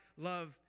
love